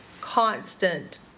constant